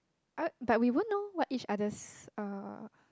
uh but we won't know what each other's uh